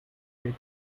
group